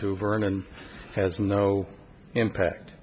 to vernon has no impact